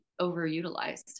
overutilized